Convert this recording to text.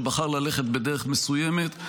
שבחר ללכת בדרך מסוימת,